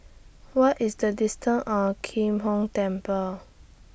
What IS The distance Or Kim Hong Temple